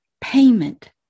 payment